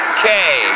Okay